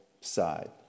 side